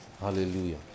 Hallelujah